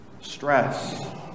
Stress